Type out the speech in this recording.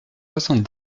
soixante